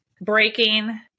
breaking